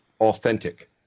authentic